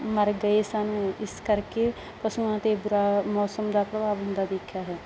ਮਰ ਗਏ ਸਨ ਇਸ ਕਰਕੇ ਪਸ਼ੂਆਂ 'ਤੇ ਬੁਰਾ ਮੌਸਮ ਦਾ ਪ੍ਰਭਾਵ ਹੁੰਦਾ ਦੇਖਿਆ ਹੈ